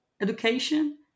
education